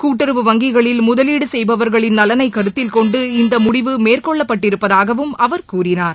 கூட்டுறவு வங்கிகளில் முதலீடு செய்பவர்களின் நலனை கருத்தில்கொண்டு இந்த முடிவு மேற்கொள்ளப்பட்டிருப்பதாகவும் அவர் கூறினார்